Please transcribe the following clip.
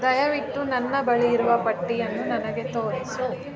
ದಯವಿಟ್ಟು ನನ್ನ ಬಳಿ ಇರುವ ಪಟ್ಟಿಯನ್ನು ನನಗೆ ತೋರಿಸು